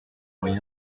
moyen